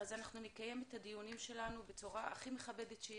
אנחנו נקיים את הדיונים שלנו בצורה הכי מכבדת,